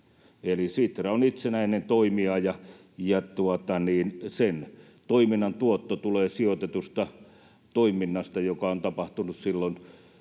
Sitra on itsenäinen toimija, ja sen toiminnan tuotto tulee sijoitetusta toiminnasta, joka on tapahtunut silloin